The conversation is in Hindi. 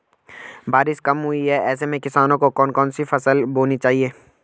बारिश कम हुई है ऐसे में किसानों को कौन कौन सी फसलें बोनी चाहिए?